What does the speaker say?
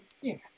yes